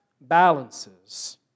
balances